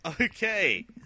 Okay